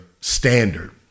standard